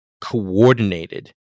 coordinated